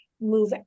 move